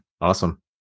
Awesome